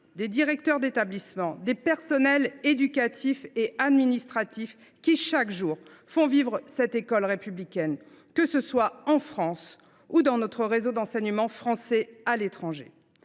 des directeurs d’établissement, des personnels éducatifs et administratifs qui chaque jour font vivre l’école républicaine, que ce soit en France ou dans notre réseau d’enseignement français à l’étranger.